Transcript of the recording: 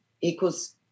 equals